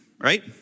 Right